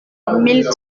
mille